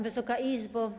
Wysoka Izbo!